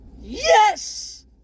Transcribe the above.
Yes